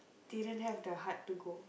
didn't have the heart to go